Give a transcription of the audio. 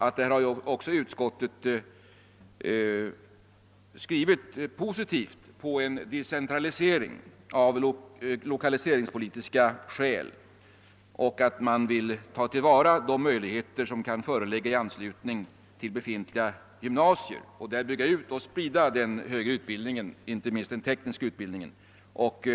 även härvidlag har utskottet skrivit positivt beträffande decentralisering av lokaliseringspolitiska skäl, och utskottet säger sig vilja tillvarata de möjligheter som kan föreligga i anslutning till befintliga gymnasier och där bygga ut och sprida den högre utbildningen, inte minst den tekniska.